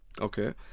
Okay